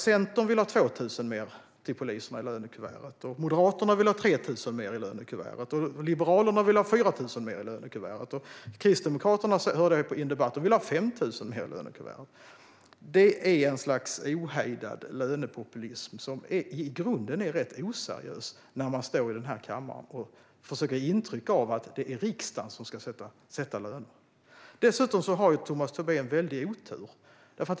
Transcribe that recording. Centern vill ha 2 000 kronor mer till poliserna i lönekuvertet, Moderaterna vill ha 3 000 kronor mer i lönekuvertet, Liberalerna vill ha 4 000 kronor mer i lönekuvertet, och Kristdemokraterna hörde jag i en debatt säga att de vill ha 5 000 kronor mer i lönekuvertet. Det är ett slags ohejdad lönepopulism som i grunden är rätt oseriös när man står i kammaren och försöker ge intryck av att det är riksdagen som ska sätta löner. Dessutom har Tomas Tobé en väldig otur.